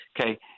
Okay